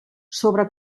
sobre